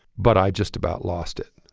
but i just about lost it.